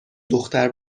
دختر